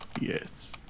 yes